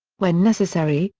when necessary,